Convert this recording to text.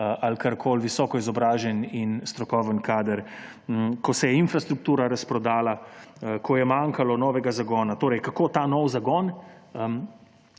ali karkoli; visoko izobražen in strokoven kader, ko se je infrastruktura razprodala, ko je manjkalo novega zagona. Torej, kako ta nov zagon